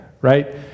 right